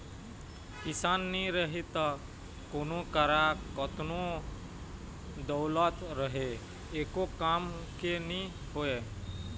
किसान नी रही त कोनों करा कतनो दउलत रहें एको काम के नी होय